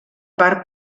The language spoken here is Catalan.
part